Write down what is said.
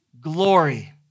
glory